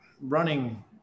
running